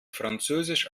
französisch